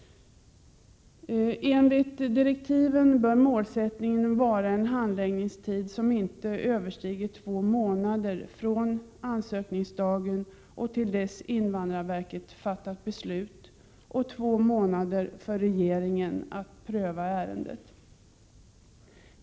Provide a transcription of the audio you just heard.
Enligt direktiven bör målsättningen vara en handläggningstid som inte överstiger två månader från ansökningsdagen till dess invandrarverket fattar beslut och två månader för regeringen att pröva ärendet.